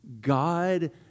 God